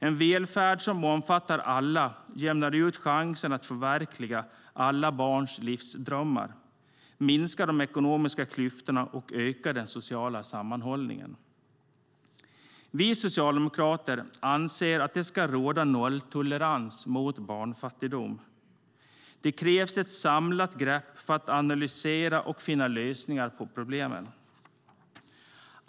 En välfärd som omfattar alla jämnar ut när det gäller chansen för alla barn att förverkliga sina livsdrömmar, minskar de ekonomiska klyftorna och ökar den sociala sammanhållningen. Vi socialdemokrater anser att nolltolerans mot barnfattigdom ska råda. Det krävs ett samlat grepp för att analysera och finna lösningar på problemen.